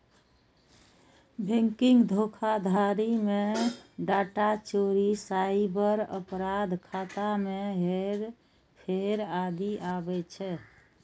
banking धोखाधड़ी मे data चोरी, साइबर अपराध, खाता मे हेरफेर आदि आबै छै